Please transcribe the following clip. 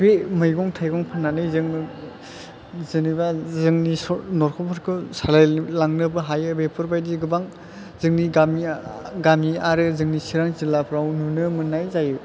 बे मैगं थाइगं फाननानै जोङो जेन'बा जोंनि सं नख'रफोरखौ सालायलांनोबो हायो बेफोरबायदि गोबां जोंनि गामि गामि आरो जोंनि चिरां जिल्लाफ्राव नुनो मोननाय जायो